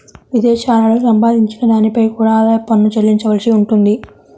విదేశాలలో సంపాదించిన దానిపై కూడా ఆదాయ పన్ను చెల్లించవలసి ఉంటుంది